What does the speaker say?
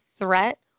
threat